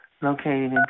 Located